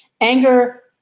Anger